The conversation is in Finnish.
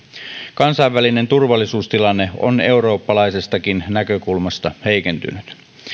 kansainvälinen turvallisuustilanne on eurooppalaisestakin näkökulmasta heikentynyt